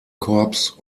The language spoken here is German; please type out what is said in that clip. corps